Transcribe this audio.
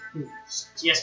Yes